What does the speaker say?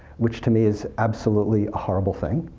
which, to me, is absolutely a horrible thing,